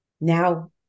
Now